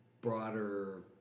broader